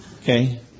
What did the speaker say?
Okay